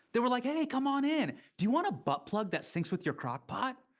they were like, hey, come on in. do you want a butt plug that syncs with your crock-pot?